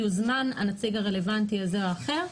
יוזמן הנציג הרלוונטי כזה או אחר.